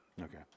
Okay